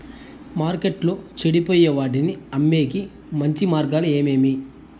మార్కెట్టులో చెడిపోయే వాటిని అమ్మేకి మంచి మార్గాలు ఏమేమి